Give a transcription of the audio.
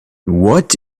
what